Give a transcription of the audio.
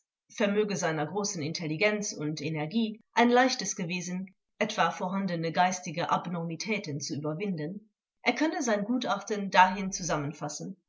vermöge seiner großen intelligenz und energie ein leichtes gewesen etwa vorhandene geistige abnormitäten zu überwinden er könne sein gutachten dahin zusammenfassen